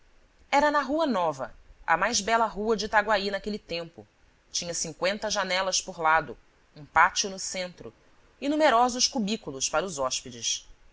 era na rua nova a mais bela rua de itaguaí naquele tempo tinha cinqüenta janelas por lado um pátio no centro e numerosos cubículos para os hóspedes